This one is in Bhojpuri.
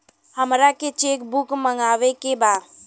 हमारा के चेक बुक मगावे के बा?